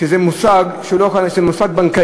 שזה מושג בנקאי.